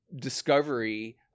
discovery